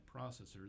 processors